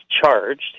charged